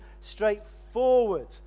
straightforward